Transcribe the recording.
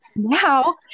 now